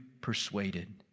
persuaded